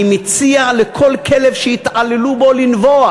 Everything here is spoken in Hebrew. אני מציע לכל כלב שיתעללו בו לנבוח,